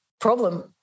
Problem